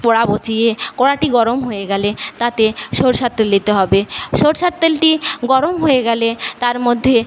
কড়া বসিয়ে কড়াটি গরম হয়ে গেলে তাতে সরষের তেল দিতে হবে সরষের তেলটি গরম হয়ে গেলে তার মধ্যে